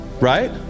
right